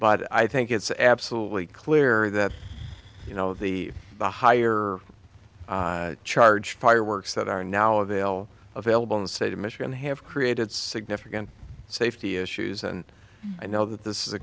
but i think it's absolutely clear that you know the higher charge fireworks that are now avail available in the state of michigan have created significant safety issues and i know that this is a